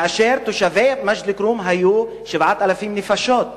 כאשר תושבי מג'ד-אל-כרום היו 7,000 נפשות.